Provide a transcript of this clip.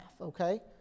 okay